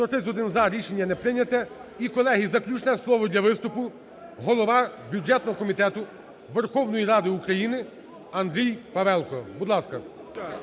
За-131 Рішення не прийнято. І, колеги, заключне слово для виступу – голова бюджетного комітету Верховної Ради України Андрій Павелко. Будь ласка.